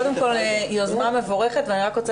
קודם כל יוזמה מבורכת ואני רק רוצה